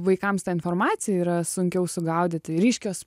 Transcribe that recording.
vaikams tą informaciją yra sunkiau sugaudyti ryškios